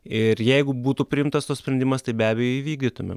ir jeigu būtų priimtas tas sprendimas tai be abejo įvykdytumėme